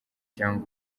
cyangwa